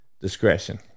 discretion